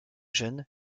jeune